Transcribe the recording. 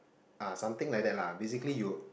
ah something like that lah basically you